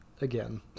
again